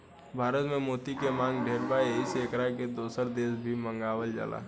भारत में मोती के मांग ढेर बा एही से एकरा के दोसर देश से भी मंगावल जाला